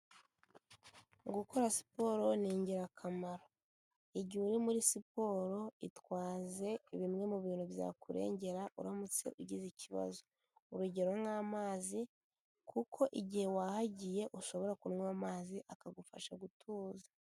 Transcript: Gukora siporo ni ingirakamaro. Igihe uri muri siporo itwaze bimwe mu bintu byakurengera uramutse ugize ikibazo. Urugero nk'amazi, kuko igihe wahagiye ushobora kunywa amazi akagufasha gutuza.